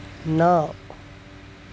ন